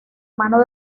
mano